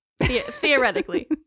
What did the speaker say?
Theoretically